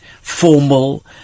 formal